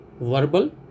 verbal